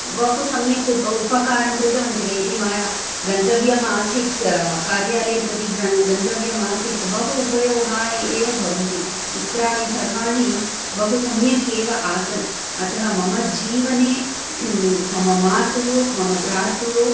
बहुसम्यक् उपकारं कृतवन्तः यदि गन्तव्यम् आसीत् कार्यालयं प्रति गन्तव्यम् आसीत् बहु उपयोगाय एव भवन्ति मित्राणि सर्वाणि बहुसम्यक् एव आसन् अतः मम जीवने मम मातुः मम भ्रातुः